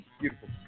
beautiful